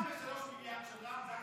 זו הכוונה שלך?